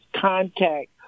contact